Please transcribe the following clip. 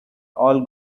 all